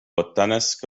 التنس